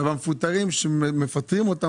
אבל המפוטרים במשק,